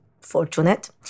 fortunate